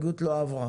ההסתייגות לא עברה.